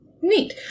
Neat